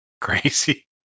crazy